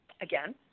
Again